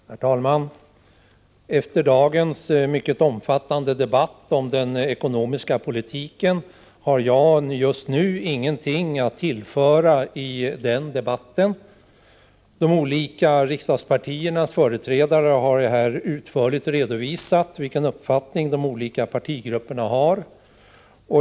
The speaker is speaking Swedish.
Herr talman! Efter dagens mycket omfattande debatt om den ekonomiska politiken har jag just nu ingenting att tillföra den debatten. De olika riksdagspartiernas företrädare har utförligt redovisat vilken uppfattning de olika partigrupperna har.